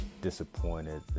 disappointed